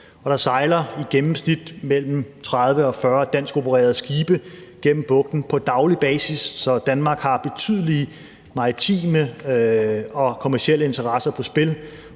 der sejler i gennemsnit mellem 30 og 40 danskopererede skibe gennem bugten på daglig basis, så Danmark har betydelige maritime og kommercielle interesser på spil.